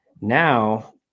now